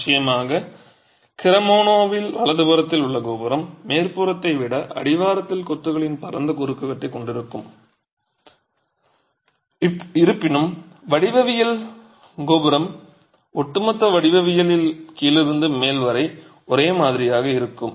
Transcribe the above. நிச்சயமாக கிரெமோனாவில் வலதுபுறத்தில் உள்ள கோபுரம் மேற்புறத்தை விட அடிவாரத்தில் கொத்துகளின் பரந்த குறுக்குவெட்டைக் கொண்டிருக்கும் இருப்பினும் வடிவவியலில் கோபுரம் ஒட்டுமொத்த வடிவவியலில் கீழிருந்து மேல் வரை ஒரே மாதிரியாக இருக்கும்